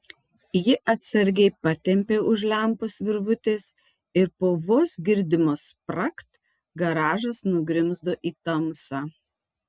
ji atsargiai patempė už lempos virvutės ir po vos girdimo spragt garažas nugrimzdo į tamsą